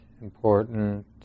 important